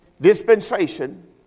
dispensation